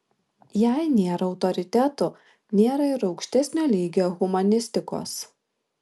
jei nėra autoritetų nėra ir aukštesnio lygio humanistikos